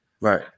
right